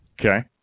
Okay